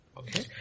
Okay